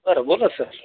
बरं बोला सर